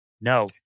No